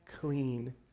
clean